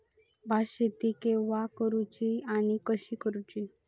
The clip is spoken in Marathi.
भात शेती केवा करूची आणि कशी करुची?